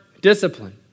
discipline